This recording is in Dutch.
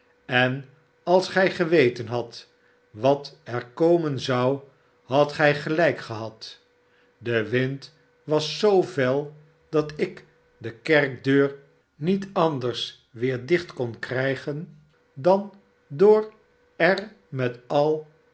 en als gij geweten hadt wat er komen zou hadt gij gelijk gehad de wind was zoo fel dat ik de kerkdeur niet anders weer dicht kon krijgen dan door er met al